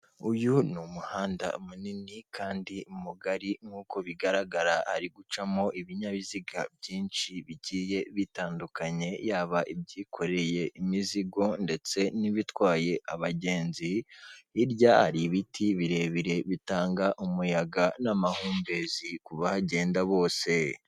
Uyu ni umuhanda munini kandi mugari nkuko bigaragara hari gucamo ibinyabiziga byinshi bigiye bitandukanye yaba ibyikoreye imizigo ndetse n'ibitwaye abagenzi, hirya hari ibiti birebire bitanga umuyaga n'amahumbezi ku bagenda bose.